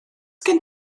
gen